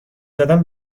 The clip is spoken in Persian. زدن